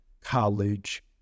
college